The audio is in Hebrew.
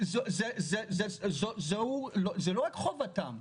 זאת לא רק חובתם,